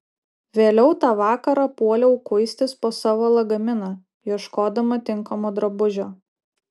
vėliau tą vakarą puoliau kuistis po savo lagaminą ieškodama tinkamo drabužio